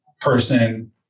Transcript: person